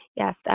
Yes